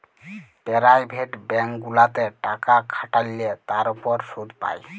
private bank গুলাতে টাকা খাটাল্যে তার উপর শুধ পাই